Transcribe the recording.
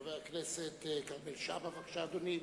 חבר הכנסת כרמל שאמה, בבקשה, אדוני.